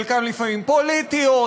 חלקן לפעמים פוליטיות,